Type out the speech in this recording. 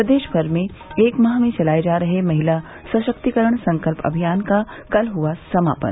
प्रदेश भर में एक माह से चलाये जा रहे महिला सशक्तिकरण संकल्प अभियान का कल हुआ समापन